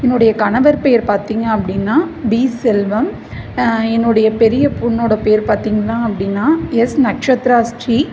என்னுடைய கணவர் பெயர் பார்த்திங்க அப்படின்னா டி செல்வம் என்னுடைய பெரிய பொண்ணோட பேர் பார்த்திங்க அப்படின்னா எஸ் நக்ஷத்ராஸ்ரீ